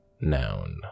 noun